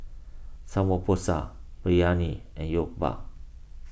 Samgyeopsal Biryani and Jokbal